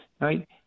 Right